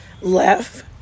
left